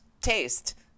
taste